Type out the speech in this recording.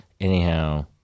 Anyhow